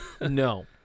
No